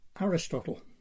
Aristotle